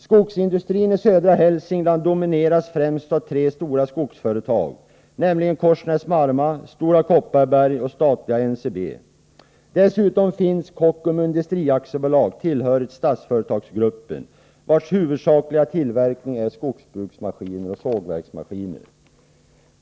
Skogsindustrin i södra Hälsingland domineras främst av tre stora skogsföretag, nämligen Korsnäs-Marma AB, Stora Kopparberg AB och statliga NCB. Dessutom finns där Kockums Industri AB, tillhörigt Statsföretagsgruppen, som huvudsakligen tillverkar skogsbruksmaskiner och sågverksmaskiner.